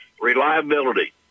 reliability